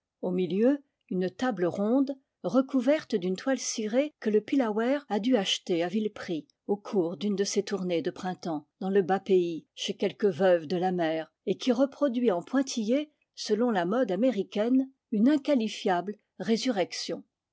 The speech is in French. au milieu une table ronde recouverte d'une toile cirée que le pillawer a dû acheter à vil prix au cours d'une de ses tournées de printemps dans le bas pays chez quelque veuve de la mer et qui reproduit en pointillé selon la mode américaine une inqualifiable résurrection